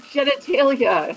Genitalia